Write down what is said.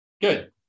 Good